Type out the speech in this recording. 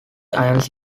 ions